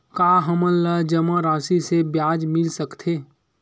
का हमन ला जमा राशि से ब्याज मिल सकथे?